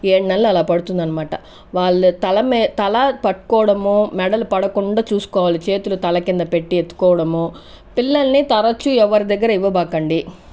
ఏడు నెలలు అలా పడుతుందనమాట వాళ్ళ తల మీద తల పట్టుకోవడం మెడలు పడకుండా చూసుకోవాలి చేతులు తలకింద పెట్టి ఎత్తుకోవడము పిల్లల్ని తరచు ఎవరి దగ్గర ఇవ్వమాకండి